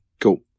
Cool